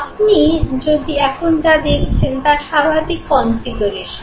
আপনি এখন যা দেখছেন তা স্বাভাবিক কনফিগারেশন